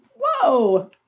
whoa